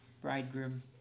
bridegroom